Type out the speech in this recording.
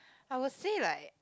I will say like